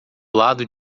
lado